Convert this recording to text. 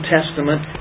Testament